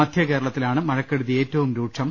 മധ്യ കേരളത്തിലാണ് മഴക്കെടുതി ഏറ്റവും രൂക്ഷം